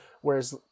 whereas